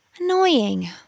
Annoying